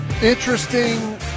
Interesting